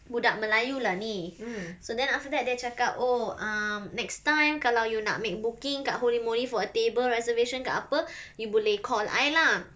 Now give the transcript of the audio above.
budak melayu lah ni so then after that dia cakap oh um next time kalau you nak make booking kat Holey Moley for a table reservation ke apa you boleh call I lah